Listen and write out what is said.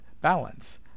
balance